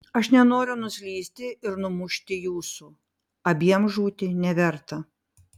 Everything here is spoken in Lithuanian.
aš nenoriu nuslysti ir numušti jūsų abiem žūti neverta